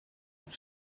and